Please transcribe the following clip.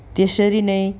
त्यसरी नै